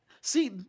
see